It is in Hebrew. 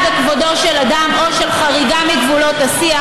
בכבודו של אדם או לחריגה מגבולות השיח,